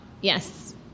Yes